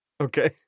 Okay